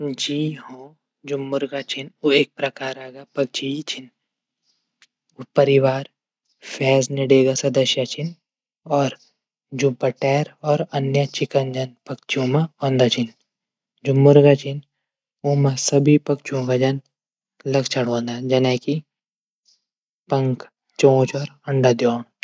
जी हां जू मुर्गी छन एक प्रकारा का पक्षी ही छिन परिवार फैसनडी का सदस्य छन। जू मा टैर जूमा चिकन जन पक्षियों मा पये जांदा छन।।जू मुर्गी छन उमा सभी पक्षियों जन लक्षण हूंदा। जन पंख चौंच और अंडा दीण